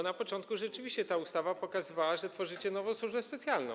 Na początku rzeczywiście ta ustawa pokazywała, że tworzycie nową służbę specjalną.